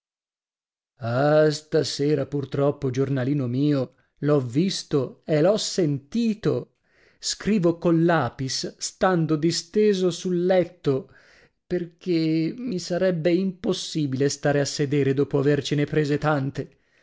ah stasera purtroppo giornalino mio l'ho visto e l'ho sentito scrivo col lapis stando disteso sul letto perché mi sarebbe impossibile stare a sedere dopo avercene prese tante